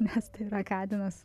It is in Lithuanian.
nes tai yra katinas